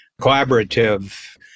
collaborative